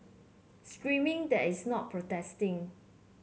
screaming that is not protesting